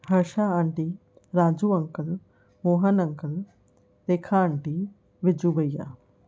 Harsha aunty Raju uncle Mohan uncle Rekha aunty Viju भईया